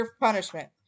punishment